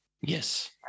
Yes